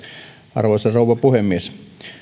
arvoisa rouva puhemies